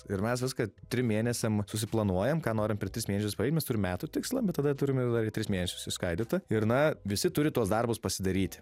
ir mes viską trim mėnesiam susiplanuojam ką norim per tris mėnesius paimt mes turim metų tikslą bet tada turim ir dar tris mėnesius išskaidyta ir na visi turi tuos darbus pasidaryti